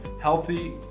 healthy